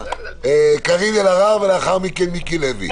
קארין אלהרר ואחריה מיקי לוי.